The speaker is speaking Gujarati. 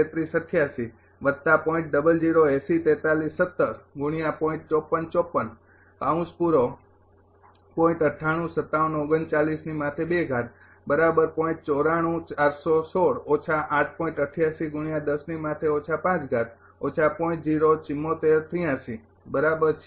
તેથી તમે તેને સરળ કરો તે છે